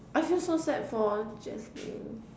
I feel so sad for Jasmine